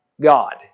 God